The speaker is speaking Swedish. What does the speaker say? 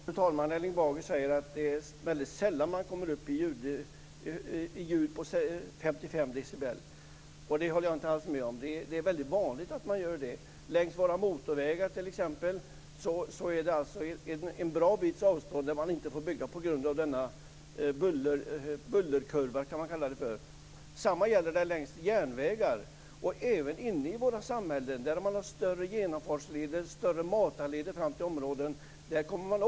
Fru talman! Erling Bager säger att det är väldigt sällan som man kommer upp i ljud på 55 dB. Det håller jag alls inte med om. Det är i stället väldigt vanligt att man kommer upp i ljud på 55 dB. Längs våra motorvägar t.ex. är det bra långa avstånd som gäller för att få bygga just på grund av, som man kan säga, bullerkurvan. Detsamma gäller längs järnvägar och även inne i våra samhällen där det finns större genomfartsleder och matarleder till olika områden.